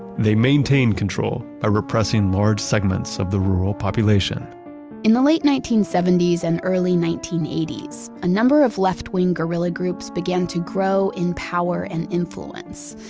they maintained control by ah repressing large segments of the rural population in the late nineteen seventy s and early nineteen eighty s, a number of left-wing guerrilla groups began to grow in power and influence.